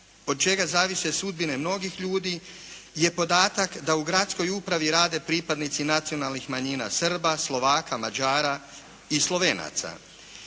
od čega zavise sudbine mnogih ljudi je podatak da u gradskoj upravi rade pripadnici nacionalnih manjina Srba, Slovaka, Mađara i Slovenaca.